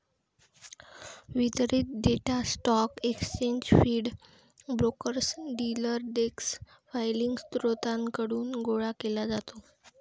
वितरित data stock exchange feed, brokers, dealer desk filing स्त्रोतांकडून गोळा केला जातो